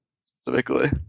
specifically